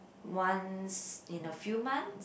once in a few months